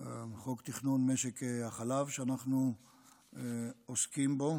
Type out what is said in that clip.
תכנון משק החלב שאנחנו עוסקים בו.